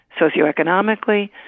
socioeconomically